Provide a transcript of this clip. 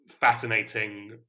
fascinating